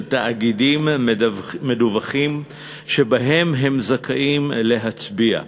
תאגידים מדווחים שבהן הם זכאים להצביע.